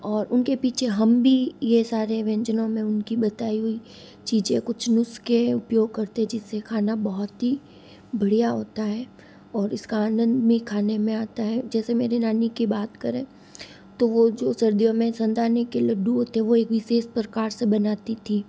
और उनके पीछे हम भी ये सारे व्यंजनों में उनकी बताई हुई चीज कुछ नुस्खे उपयोग करते जिससे खाना बहुत ही बढ़िया होता है और इसका आनंद में खाने में आता है जैसे मेरी नानी की बात करें तो वह जो सर्दियों में संताने के लड्डू होते हैं वह एक विशेष प्रकार से बनती थी